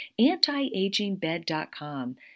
Antiagingbed.com